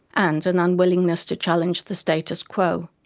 and an unwillingness to challenge the status quo.